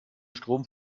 strom